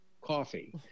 coffee